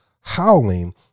howling